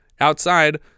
Outside